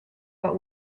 but